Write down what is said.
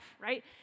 right